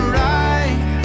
right